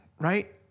right